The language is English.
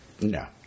No